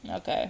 then okay